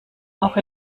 auch